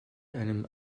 einem